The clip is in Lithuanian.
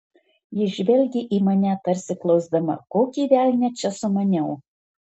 ji žvelgė į mane tarsi klausdama kokį velnią čia sumaniau